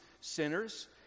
sinners